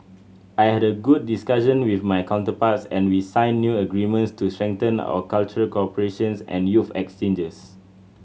I had a good discussion with my counterparts and we signed new agreements to strengthen our cultural cooperations and youth exchanges